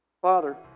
Father